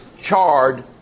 charred